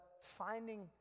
finding